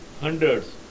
hundreds